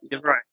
Right